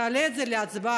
תעלה את זה להצבעה,